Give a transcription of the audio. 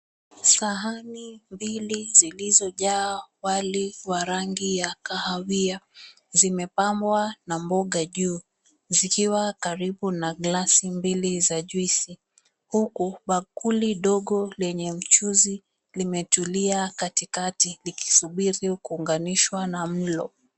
Sahani mbili zilizojaa wali wa rangi ya kahawia. Zimepambwa na mboga juu, zikiwa karibu na glasi mbili za juici huku bakuli dogo lenye mchuzi limetulia katikati likisubiri kuunganishwa na mlo.